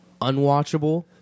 Unwatchable